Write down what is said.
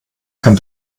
kein